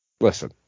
Listen